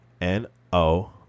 N-O